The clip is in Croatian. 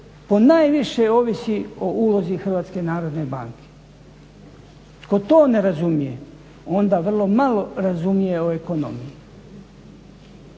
ponajviše ovisi o ulozi HNB-u. tko to ne razumije onda vrlo malo razumije o ekonomiji.